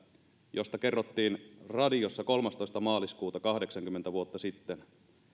josta kerrottiin radiossa kolmastoista maaliskuuta kahdeksankymmentä vuotta sitten